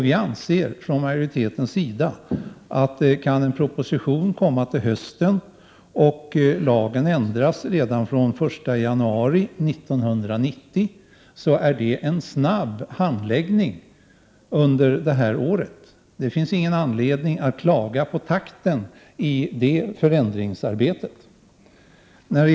Vi anser från majoritetens sida att det är en snabb handläggning under detta år, om en proposition kommer till hösten och lagen ändras redan från den 1 januari 1990. Det finns ingen anledning att klaga på takten i det förändringsarbetet.